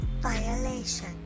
Violation